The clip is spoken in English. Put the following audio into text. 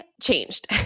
changed